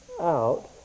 out